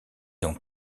ont